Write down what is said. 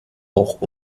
auch